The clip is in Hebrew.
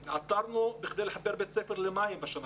שבשנה שעברה עתרנו כדי לחבר בית ספר למים.